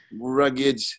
rugged